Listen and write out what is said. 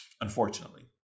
unfortunately